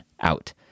out